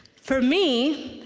for me,